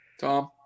Tom